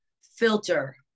filter